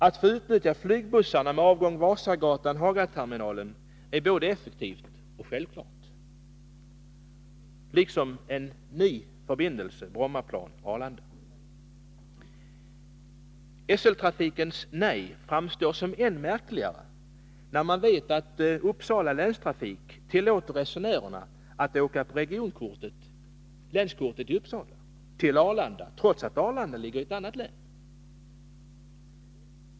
Att få utnyttja flygbussarna med avgång från Vasagatan och Hagaterminalen är både effektivt och självklart, liksom att få en ny förbindelse mellan Brommaplan och Arlanda. SL:s nej framstår som än märkligare, när man vet att Uppsala länstrafik tillåter resenärerna att åka på sitt regionkort till Arlanda, trots att Arlanda ligger i ett annat län.